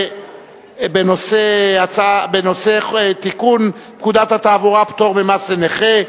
בנושא תיקון פקודת התעבורה (פטור ממס לנכה),